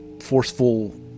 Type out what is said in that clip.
forceful